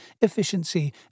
efficiency